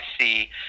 see